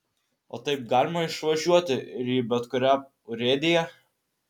o taip galima išvažiuoti ir į bet kurią urėdiją